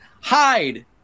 Hide